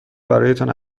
برایتان